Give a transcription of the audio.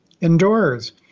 indoors